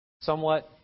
somewhat